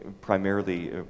primarily